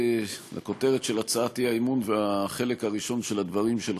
לכותרת של הצעת האי-אמון ולחלק הראשון של הדברים שלך,